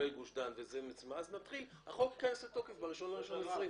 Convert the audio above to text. החוק ייכנס לתוקף ב-1.1.2020.